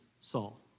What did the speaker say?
Saul